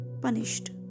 punished